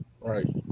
Right